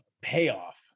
payoff